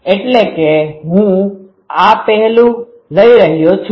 એટલે કે હું આ પહેલું લઈ રહ્યો છું